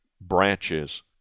branches